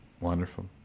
wonderful